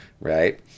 right